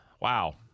Wow